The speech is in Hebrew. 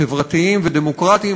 חברתיים ודמוקרטיים,